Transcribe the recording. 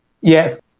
Yes